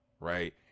right